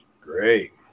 Great